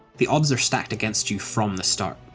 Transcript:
the odds are stacked against you from the start.